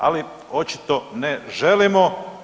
Ali očito ne želimo.